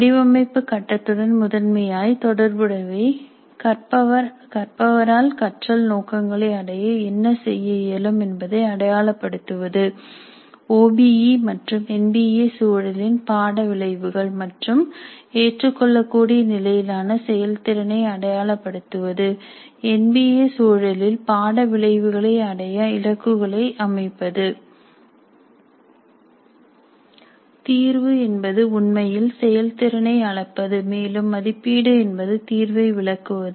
வடிவமைப்புக் கட்டத்துடன் முதன்மையாய் தொடர்புடையவை கற்பவர் ஆல் கற்றல் நோக்கங்களை அடைய என்ன செய்ய இயலும் என்பதை அடையாளப்படுத்துவது ஓ பி இ மற்றும் என் பி ஏ சூழலின் பாட விளைவுகள் மற்றும் ஏற்றுக்கொள்ளக்கூடிய நிலையிலான செயல்திறனை அடையாளப்படுத்துவது என் பி ஏ சூழலில் பாட விளைவுகளை அடைய இலக்குகளை அமைப்பது தீர்வு என்பது உண்மையில் செயல்திறனை அளப்பது மேலும் மதிப்பீடு என்பது தீர்வை விளக்குவது